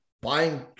buying